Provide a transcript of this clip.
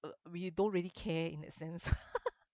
uh we don't really care in that sense